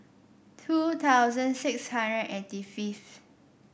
two thousand six hundred eighty fifth